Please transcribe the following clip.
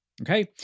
Okay